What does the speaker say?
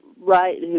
Right